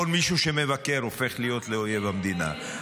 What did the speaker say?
כל מי שמבקר הופך להיות לאויב המדינה.